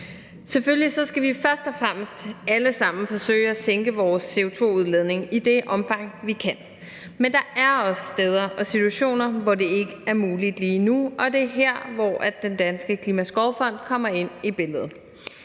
Selvfølgelig skal vi først og fremmest alle sammen forsøge at sænke vores CO2-udledning i det omfang, vi kan, men der er også steder og situationer, hvor det ikke er muligt lige nu, og det er her, Den Danske Klimaskovfond kommer ind i billedet.